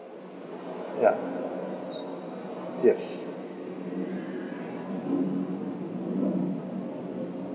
yeah yes